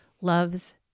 loves